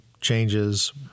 changes